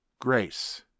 grace